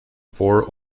four